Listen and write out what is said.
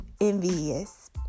envious